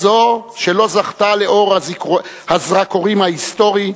זו שלא זכתה לאור הזרקורים ההיסטורי,